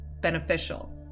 beneficial